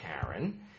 Karen